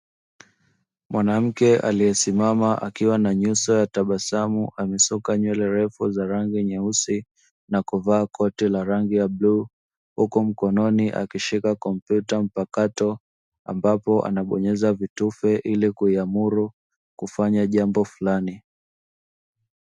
Mwanamke aliye simama akiwa na nyuso ya tabasamu amesuka nywele refu zenye rangi nyeusi na kuvaa koti la rangi ya bluu, huku mkononi akishika kompyuta mpakato ambapo anabonyeza vitufe ili kuiamuru kufanya jambo fulani.